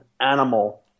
animal